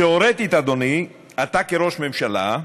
תיאורטית, אדוני, אתה כראש ממשלה,